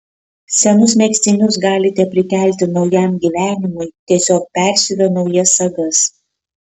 senus megztinius galite prikelti naujam gyvenimui tiesiog persiuvę naujas sagas